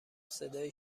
صدایی